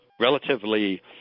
relatively